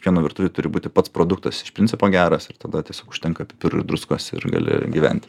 kiekvieno virtuvėj turi būti pats produktas iš principo geras ir tada tiesiog užtenka pipirų ir druskos ir gali gyventi